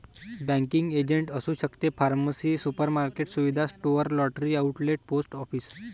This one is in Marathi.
बँकिंग एजंट असू शकते फार्मसी सुपरमार्केट सुविधा store lottery outlet post office